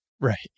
Right